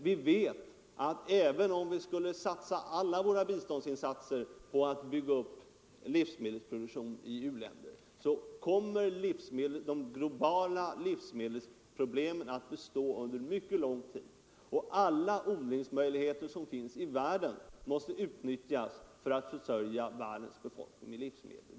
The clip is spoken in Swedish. Vi vet att även om vi skulle koncentrera alla våra biståndsinsatser på att bygga upp livsmedelsproduktion i u-länder, så kommer de globala livsmedelsproblemen att bestå under mycket lång tid. Alla odlingsmöjligheter som finns i världen måste utnyttjas för att försörja världens befolkning med livsmedel.